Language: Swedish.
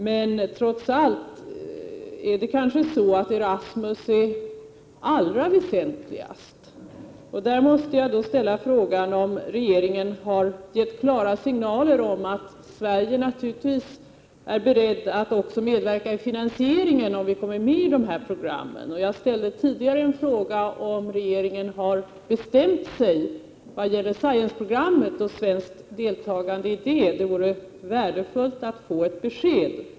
Men trots allt är kanske Erasmus-programmet väsentligast. Jag måste då fråga om regeringen har gett klara signaler om att Sverige naturligtvis är berett att medverka också i finansieringen, om Sverige kommer med i dessa program. Jag frågade tidigare om regeringen har bestämt sig när det gäller ett svenskt deltagande i SCIENCE-programmet. Det vore värdefullt att få ett besked.